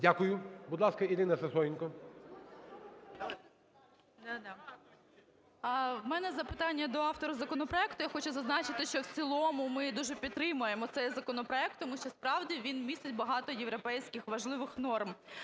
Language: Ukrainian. Дякую. Будь ласка, Ірина Сисоєнко. 13:48:53 СИСОЄНКО І.В. У мене запитання до автора законопроекту. Я хочу зазначити, що в цілому ми дуже підтримуємо цей законопроект, тому що, справді, він містить багато європейських важливих норм.